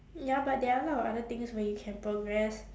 ya but there are a lot of other things where you can progress